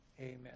Amen